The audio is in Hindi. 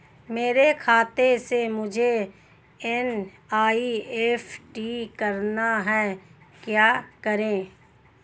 मेरे खाते से मुझे एन.ई.एफ.टी करना है क्या करें?